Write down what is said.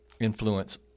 influence